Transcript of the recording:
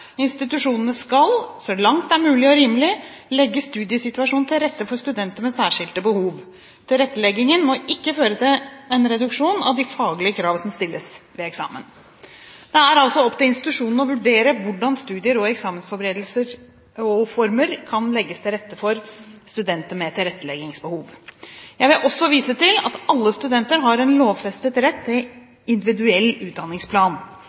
er mulig og rimelig, legge studiesituasjonen til rette for studenter med særskilte behov. Tilretteleggingen må ikke føre til en reduksjon av de faglige krav som stilles ved det enkelte studium.» Det er altså opp til institusjonen å vurdere hvordan studier og eksamensformer kan legges til rette for studenter med tilretteleggingsbehov. Jeg vil også vise til at alle studenter har en lovfestet rett til individuell utdanningsplan.